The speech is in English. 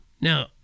now